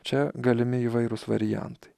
čia galimi įvairūs variantai